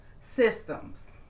systems